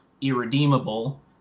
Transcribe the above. irredeemable